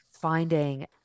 finding